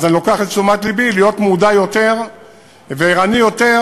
אז אני לוקח לתשומת לבי להיות מודע יותר וערני יותר